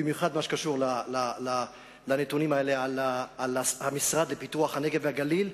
במיוחד במה שקשור לנתונים האלה על המשרד לפיתוח הנגב והגליל,